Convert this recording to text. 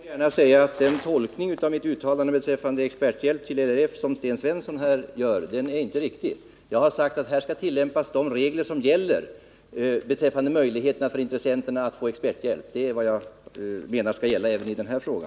Herr talman! Jag vill gärna säga att den tolkning av mitt uttalande beträffande experthjälp till LRF som Sten Svensson gör inte är riktig. Jag har sagt att man här skall tillämpa de regler som gäller beträffande möjligheterna för intressenterna att få experthjälp. De reglerna skall, menar jag, gälla även i denna fråga.